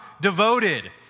devoted